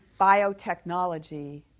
Biotechnology